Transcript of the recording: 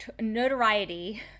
notoriety